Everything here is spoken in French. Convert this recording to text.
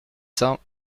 cents